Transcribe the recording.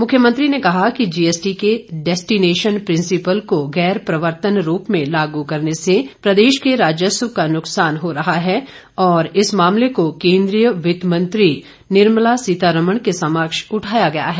मुख्यमंत्री ने कहा कि जीएसटी के डैस्टिनेशन प्रिसिंपल को गैर प्रवर्तन रूप में लागू करने से प्रदेश के राजस्व का नुकसान हो रहा है और इस मामले का केंद्रीय वित्त मंत्री निर्मला सीतारमण के समक्ष उठाया गया है